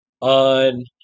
on